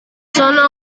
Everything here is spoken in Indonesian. sana